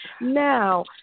Now